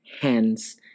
Hence